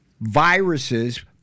viruses